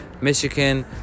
Michigan